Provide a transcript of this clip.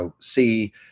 see